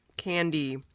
candy